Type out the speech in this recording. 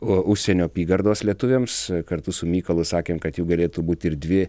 o užsienio apygardos lietuviams kartu su mykolu sakėm kad jų galėtų būti ir dvi